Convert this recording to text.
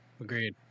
Agreed